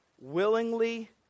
willingly